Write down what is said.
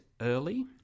early